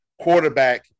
quarterback